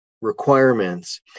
requirements